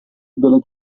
dalla